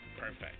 perfect